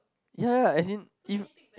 ya ya ya as in if